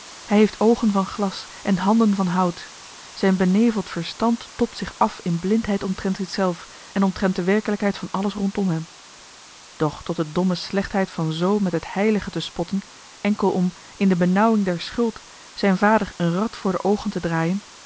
hij heeft oogen van glas en handen van hout zijn beneveld verstand tobt zich af in blindheid omtrent zichzelf en omtrent de werkelijkheid van alles rondom hem doch tot de domme slechtheid van zoo met het heilige te spotten enkel om in de benauwing der schuld zijn vader een rad voor de oogen te draaien